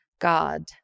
God